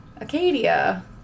Acadia